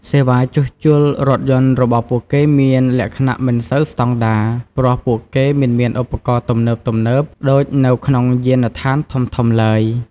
សេវាជួសជុលរថយន្តរបស់ពួកគេមានលក្ខណៈមិនសូវស្តង់ដារ ព្រោះពួកគេមិនមានឧបករណ៍ទំនើបៗដូចនៅក្នុងយានដ្ឋានធំៗឡើយ។